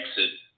exit